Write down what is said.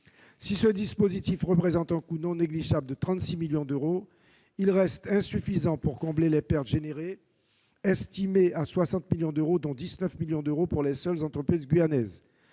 Si ce dispositif représente un coût non négligeable de 36 millions d'euros, il reste insuffisant pour combler les pertes suscitées, estimées à 60 millions d'euros, dont 19 millions d'euros pour les seules entreprises guyanaises.